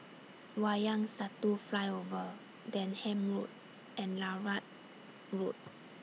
Wayang Satu Flyover Denham Road and Larut Road